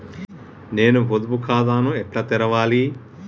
నేను పొదుపు ఖాతాను ఎట్లా తెరవాలి?